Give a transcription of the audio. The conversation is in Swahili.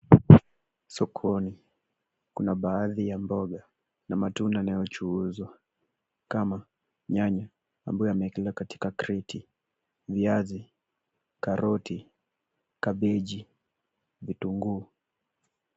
Sokoni kuna baadhi ya mboga, na matunda yanayochuuzwa kama nyanya, ambayo yamewekelewa katika kreti. Viazi, karoti, kabeji, vitunguu.